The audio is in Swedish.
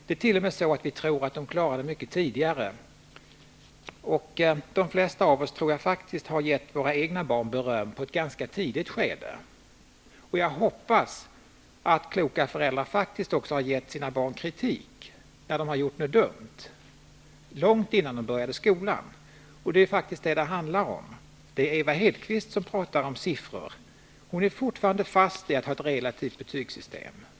Vi tror t.o.m. att små barn klarar sådant mycket tidigare. Jag tror också att de flesta av oss har gett våra egna barn beröm på ett ganska tidigt stadium. Jag hoppas även att kloka föräldrar har gett sina barn kritik långt innan de börjat skolan, när de hade gjort någonting dumt. Det är vad det hela handlar om. Det är Ewa Hedkvist som talar om siffror. Hon står fortfarande fast vid ett relativt betygssystem.